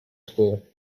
school